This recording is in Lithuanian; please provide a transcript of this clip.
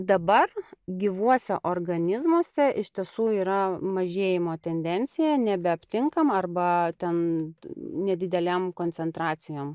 dabar gyvuose organizmuose iš tiesų yra mažėjimo tendencija nebeaptinkama arba ten nedidelėm koncentracijom